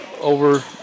over